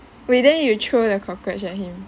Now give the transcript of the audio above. wait then you throw the cockroach at him